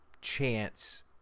chance